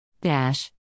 dash